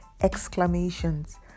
Exclamations